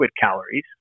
calories